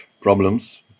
problems